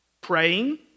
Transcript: Praying